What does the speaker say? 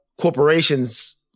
corporations